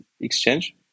exchange